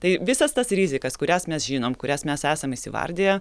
tai visas tas rizikas kurias mes žinom kurias mes esam įsivardiję